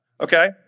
Okay